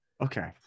Okay